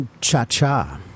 Cha-Cha